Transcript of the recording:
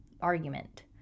argument